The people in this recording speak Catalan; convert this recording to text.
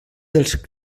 dels